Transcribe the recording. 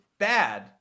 bad